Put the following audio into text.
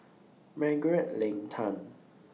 Margaret Leng Tan